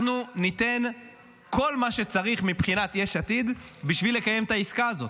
אנחנו ניתן כל מה שצריך מבחינת יש עתיד בשביל לקיים את העסקה הזאת.